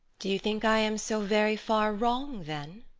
do you think i am so very far wrong then?